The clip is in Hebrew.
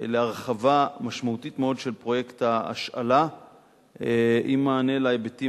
להרחבה משמעותית מאוד של פרויקט ההשאלה עם מענה להיבטים